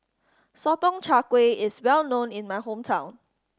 sotong char gui is well known in my hometown